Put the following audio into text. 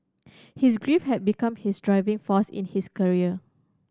his grief have become his driving force in his career